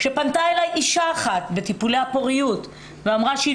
כשפנתה אלי אישה אחת בטיפולי הפוריות ואמרה שהיא